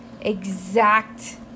exact